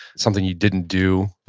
something you didn't do.